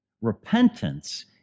Repentance